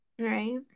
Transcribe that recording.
Right